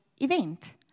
event